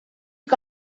que